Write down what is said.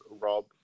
rob